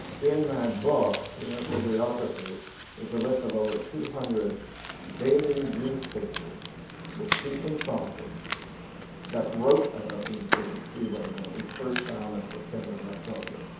in that book, in the bibliography is a list of over two hundred daily newspapers which he consulted that wrote about the inverted seaway when it was first found in september and october.